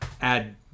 Add